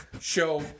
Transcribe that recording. show